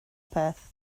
peth